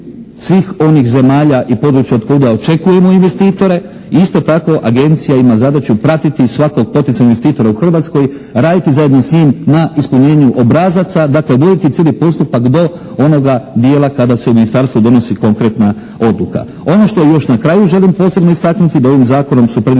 svih onih zemalja i područja od kuda očekujemo investitore. Isto tako Agencija ima zadaću pratiti svakog potencijalnog investitora u Hrvatskoj, raditi zajedno s njim na ispunjenju obrazaca. Dakle, voditi cijeli postupak do onoga dijela kad se u ministarstvu donosi konkretna odluka. Ono što još na kraju želim posebno istaknuti da ovim zakonom su predviđene